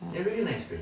ya